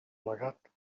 plegat